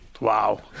Wow